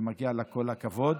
מגיע לה כל הכבוד.